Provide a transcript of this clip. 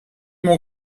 mon